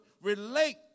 relate